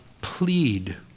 plead